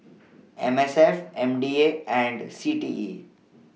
M S F M D A and C T E